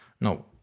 No